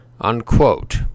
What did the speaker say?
Unquote